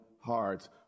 hearts